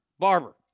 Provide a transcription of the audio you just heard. barber